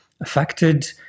affected